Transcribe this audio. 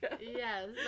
Yes